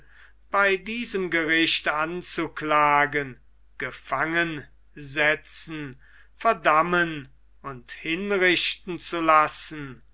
bei diesem gericht anzuklagen gefangensetzen verdammen und hinrichten zu lassen